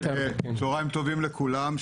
צהריים טובים לכולם,